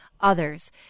others